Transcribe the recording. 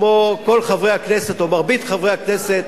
כמו כל חברי הכנסת או מרבית חברי הכנסת,